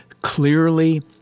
clearly